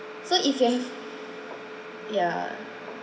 so if you have yeah